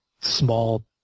small